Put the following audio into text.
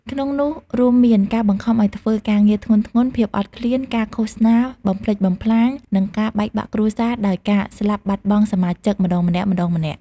ក្នុងនោះរួមមានការបង្ខំឲ្យធ្វើការងារធ្ងន់ៗ ភាពអត់ឃ្លាន ការឃោសនាបំផ្លិចបំផ្លាញ និងការបែកបាក់គ្រួសារដោយការស្លាប់បាត់បង់សមាជិកម្តងម្នាក់ៗ។